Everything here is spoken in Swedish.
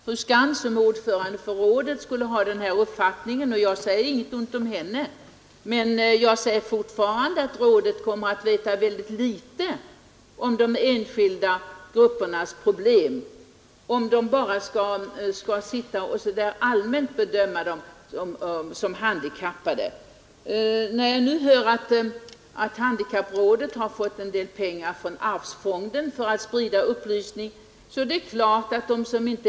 Herr talman! Jag visste att fru Skantz, som är ordförande i statens handikappråd, skulle ha den här uppfattningen, och jag säger ingenting ont om henne för det. Däremot säger jag fortfarande, att rådet kommer att veta väldigt litet om de enskilda gruppernas problem om man bara skall bedöma dem allmänt som handikappade. När jag nu hör att statens handikappråd har fått en del pengar från allmänna arvsfonden för att sprida upplysning är det ännu angelägnare med kontakt.